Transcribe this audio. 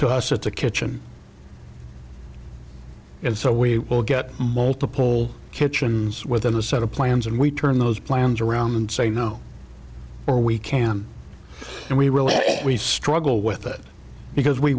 to us at the kitchen and so we will get multiple kitchens within the set of plans and we turn those plans around and say no or we can and we really we struggle with it because we